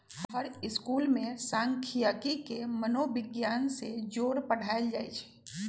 हर school में सांखियिकी के मनोविग्यान से जोड़ पढ़ायल जाई छई